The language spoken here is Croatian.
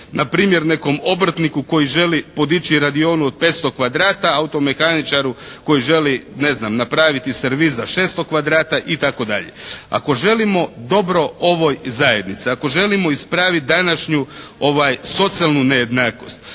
Na primjer nekom obrtniku koji želi podići radionu od 500 kvadrata, automehaničaru koji želi ne znam napraviti servis za 600 kvadrata itd. Ako želimo dobro ovoj zajednici, ako želimo ispraviti današnju socijalnu nejednakost